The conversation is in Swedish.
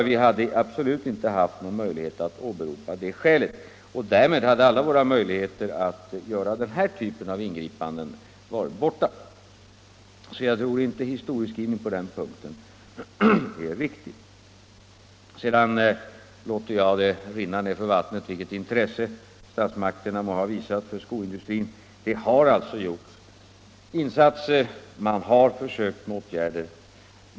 Vi hade då alltså inte haft någon som helst möjlighet att åberopa försörjningspolitiska skäl för ingripanden av denna typ. Jag tror således inte att historieskrivningen på den punkten är riktig. Sedan låter jag det rinna bort med vattnet vilket intresse statsmakterna må ha visat för skoindustrin. Det har gjorts insatser. Man har försökt motåtgärder.